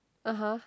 (uh huh)